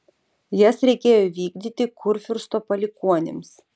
jas reikėjo vykdyti kurfiursto palikuonims